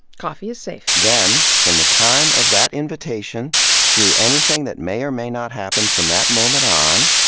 coffee is safe. then, from the time of that invitation through anything that may or may not happen from that moment on,